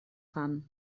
fam